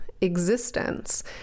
existence